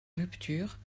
rupture